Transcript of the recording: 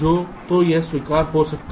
तो यह स्वीकार्य हो सकता है